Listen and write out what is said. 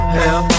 hell